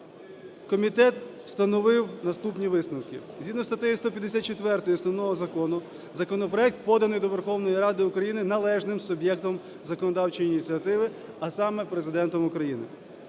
комітет встановив наступні висновки. Згідно із статтею 154 Основного Закону, законопроект поданий до Верховної Ради України належним суб'єктом законодавчої ініціативи, а саме, Президентом України.